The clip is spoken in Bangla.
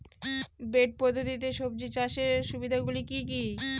বেড পদ্ধতিতে সবজি চাষের সুবিধাগুলি কি কি?